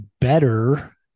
better